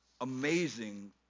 amazing